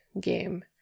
game